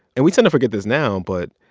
and we tend to forget this now, but,